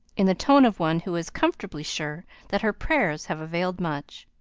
in the tone of one who is comfortably sure that her prayers have availed much.